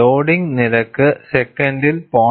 loading നിരക്ക് സെക്കൻഡിൽ 0